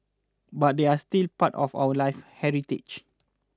but they're still part of our live heritage